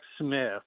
Smith